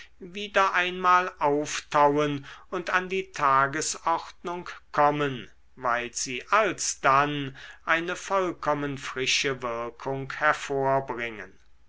wieder einmal auftauen und an die tagesordnung kommen weil sie alsdann eine vollkommen frische wirkung hervorbringen